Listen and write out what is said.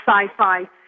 sci-fi